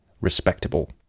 respectable